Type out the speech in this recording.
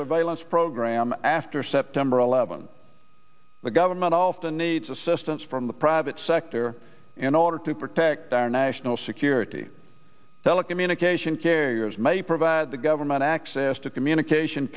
surveillance program after september eleventh the government often needs assistance from the private sector in order to protect national security telecommunication carriers may provide the government access to communication